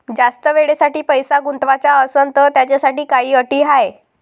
जास्त वेळेसाठी पैसा गुंतवाचा असनं त त्याच्यासाठी काही अटी हाय?